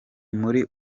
muri